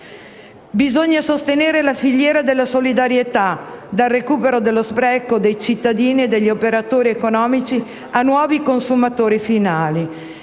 Bisogna sostenere la filiera della solidarietà, dal recupero dello spreco dei cittadini e degli operatori economici a nuovi consumatori finali.